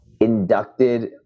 inducted